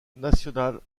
nacional